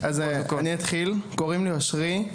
קוראים לי אושרי,